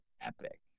epic